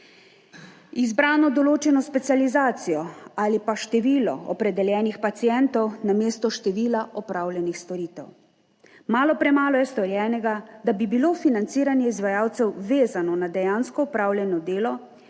izbrano določeno specializacijo ali pa število opredeljenih pacientov namesto števila opravljenih storitev. Malo, premalo je storjenega, da bi bilo financiranje izvajalcev vezano na dejansko opravljeno delo,